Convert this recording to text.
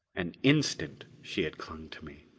an instant she had clung to me.